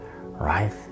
right